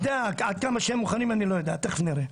עד כמה שהם מוכנים, אני לא יודע, תיכף נראה.